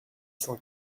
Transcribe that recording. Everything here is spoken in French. cent